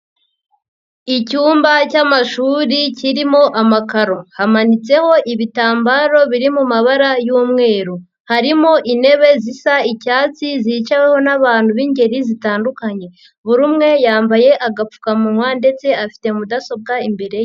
Icyumba cy'amashuri kirimo amakaro, hamanitseho ibitambaro biri mu mabara y'umweru, harimo intebe zisa icyatsi zicaweho n'abantu b'ingeri zitandukanye, buri umwe yambaye agapfukamunwa ndetse afite mudasobwa imbere ye.